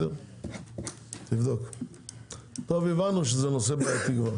הבנו שזה נושא בעייתי.